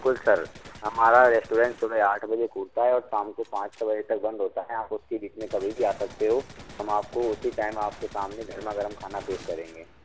बिलकुल सर हमारा रेस्टोरेंट सुबह आठ बजे खुलता है और शाम पाँच बजे तक बंद होता है आप इसके बीच में कभी भी आ सकते हो हम आपको उसी टाइम आपके सामने गरमा गरम खाना पेश करेंगे